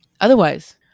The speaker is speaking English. otherwise